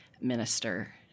minister